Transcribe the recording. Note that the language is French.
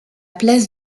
place